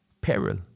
peril